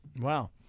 Wow